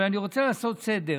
אבל אני רוצה לעשות סדר